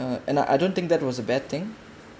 and I I don't think that was a bad thing